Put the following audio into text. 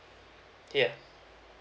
yeuh